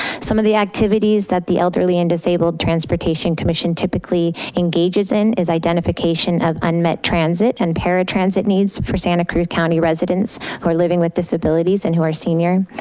some of the activities that the elderly and disabled transportation commission typically engages in is identification of unmet transit and para transit needs for santa cruz county residents who are living with disabilities and who are senior.